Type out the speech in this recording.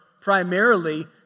primarily